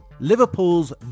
Liverpool's